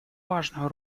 важную